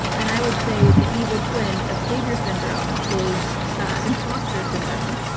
and i would say the evil twin of savior syndrome is ah imposter syndrome.